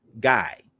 guy